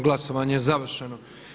Glasovanje je završeno.